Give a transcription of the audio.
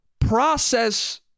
process